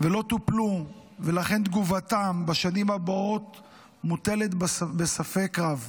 לא טופלו, ולכן תגובתם בשנים הבאות מוטלת בספק רב.